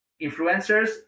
influencers